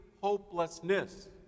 hopelessness